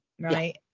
Right